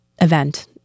event